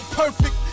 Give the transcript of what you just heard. perfect